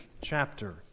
chapter